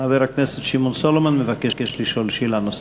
חבר הכנסת שמעון סולומון מבקש לשאול שאלה נוספת.